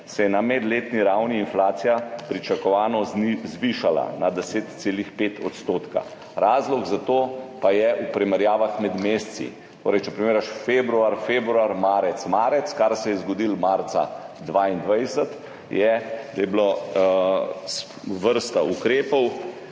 se je na medletni ravni inflacija pričakovano zvišala na 10,5 %.« Razlog za to pa je v primerjavah med meseci, če torej primerjaš februar–februar, marec–marec, kar se je zgodilo marca 2022, je, da je bila vrsta ukrepov